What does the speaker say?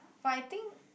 but I think